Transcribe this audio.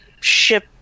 ship